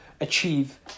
achieve